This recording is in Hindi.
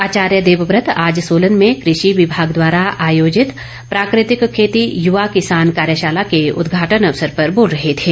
आचार्य देववत आज सोलन में कृषि विमाग द्वारा आयोजित प्राकृतिक खेती युवा किसान कार्यशाला के उद्घाटन अवसर पर बोल रहे थे